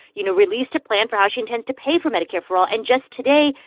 you know, released a plan for how she intends to pay for medicare for all. and just today,